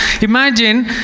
Imagine